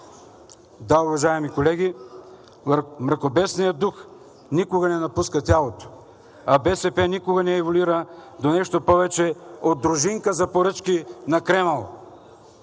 Да, уважаеми колеги, мракобесният дух никога не напуска тялото, а БСП никога не еволюира до нещо повече от дружинка за поръчки на Кремъл!